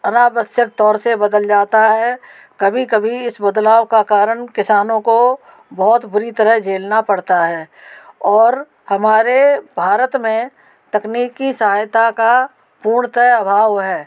अनावश्यक तौर से बदल जाता है कभी कभी इस बदलाव के कारण किसानों को बहुत बुरी तरह झेलना पड़ता है और हमारे भारत में तकनीकी सहायता का पूर्णत अभाव है